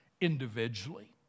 individually